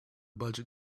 budget